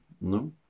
No